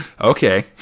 Okay